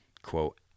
quote